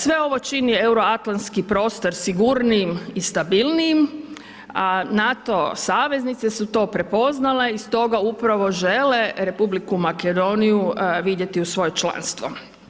Sve ovo čini Euroatlantski prostor sigurnijim i stabilnijim, a NATO saveznice su to prepoznale i stoga upravo žele Republiku Makedoniju vidjeti u svoje članstvo.